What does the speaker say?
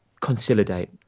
consolidate